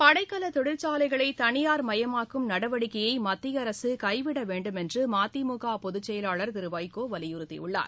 படைக்கல தொழிற்சாலகளை தனியார் மயமாக்கும் நடவடிக்கையை மத்திய அரசு கைவிட வேண்டும் என்று மதிமுக பொதுச் செயலாளர் திரு வைகோ வலியுறுத்தியுள்ளார்